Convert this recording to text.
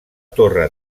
torre